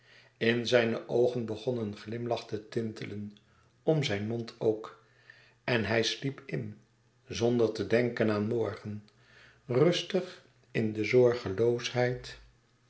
in zijne oogen begon een glimlach te tintelen om zijn mond ook en hij sliep in zonder te denken aan morgen rustig in de